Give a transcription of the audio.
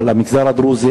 אבל המגזר הדרוזי,